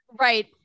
Right